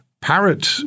parrot